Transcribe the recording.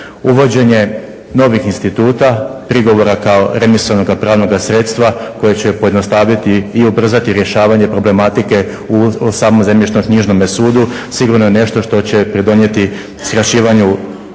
Uvođenje novih instituta, prigovora kao remisonoga pravnoga sredstva koje će pojednostaviti i ubrzati rješavanje problematike u samom zemljišno-knjižnome sudu sigurno je nešto što će pridonijeti skraćivanju